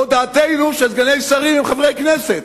או דעתנו היא שסגני שרים הם חברי הכנסת,